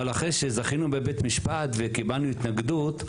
אבל אחרי שזכינו בבית משפט וקיבלנו התנגדות,